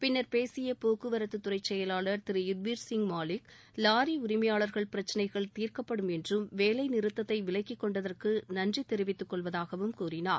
பின்னர் பேசிய போக்குவரத்துத்துறை செயலாளர் திரு யுத்விர் சிங் மாலிக் வாரி உரிமையாளர்கள் பிரச்சினைகள் வேலை நிறுத்தத்தை விலக்கிக்கொண்டதற்கு நன்றி தெரிவித்துக்கொள்வதாகவும் கூறினார்